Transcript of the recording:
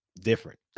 different